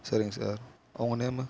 சரிங்க சார் உங்கள் நேம்